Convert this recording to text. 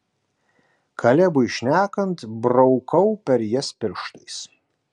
kalebui šnekant braukau per jas pirštais